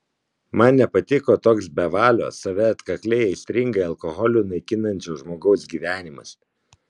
man nepatiko toks bevalio save atkakliai aistringai alkoholiu naikinančio žmogaus gyvenimas